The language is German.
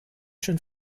schon